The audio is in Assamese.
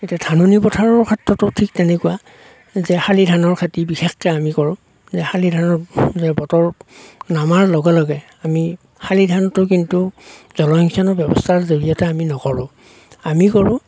এতিয়া ধাননি পথাৰৰ ক্ষেত্ৰতো ঠিক তেনেকুৱা যে শালি ধানৰ খেতি বিশেষকে আমি কৰোঁ যে শালি ধানৰ বতৰ নমাৰ লগে লগে আমি শালি ধানটো কিন্তু জলসিঞ্চনৰ ব্যৱস্থাৰ জৰিয়তে আমি নকৰোঁ আমি কৰোঁ